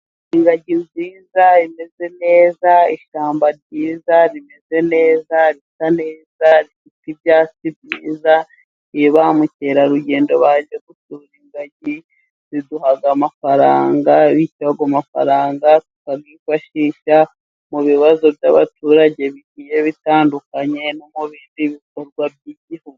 Ingagi nziza imeze neza, ishyamba ryiza rimeze neza, risa neza, rifite ibyatsi byiza, iyo ba mukerarugendo baje gusura ingagi, ziduhaha amafaranga, bityo ayo mafaranga tukayifashisha mu bibazo by'abaturage bigiye bitandukanye, no mubindi bikorwa by'igihugu.